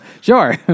Sure